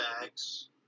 Bags